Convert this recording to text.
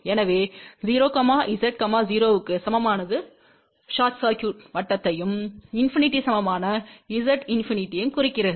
எனவே 0 Z 0 க்கு சமமானது ஸார்ட் சர்க்யுட்வட்டத்தையும் இண்பிநிடிக்கு சமமான Z இண்பிநிடியையும் குறிக்கிறது